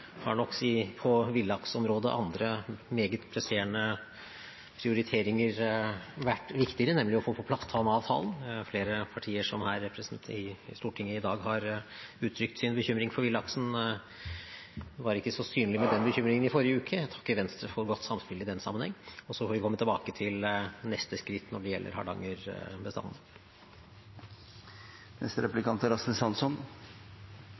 På villaksområdet har nok andre meget presserende prioriteringer vært viktigere, nemlig å få på plass Tana-avtalen. Flere partier som er representert i Stortinget i dag, har uttrykt sin bekymring for villaksen. Den bekymringen var ikke så synlig i forrige uke. Jeg takker Venstre for godt samspill i den sammenheng. Så får vi komme tilbake til neste skritt når det gjelder